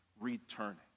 returning